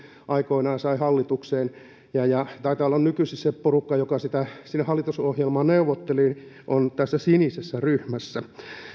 aikoinaan sai hallitukseen mutta taitaa olla nykyisin se porukka joka tämän sinne hallitusohjelmaan neuvotteli tässä sinisessä ryhmässä